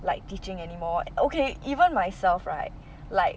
like teaching anymore okay even myself right like